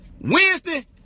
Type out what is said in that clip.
Wednesday